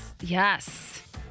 Yes